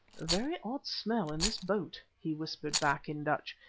very odd smell in this boat, he whispered back in dutch.